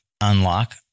unlock